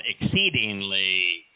exceedingly